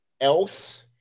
else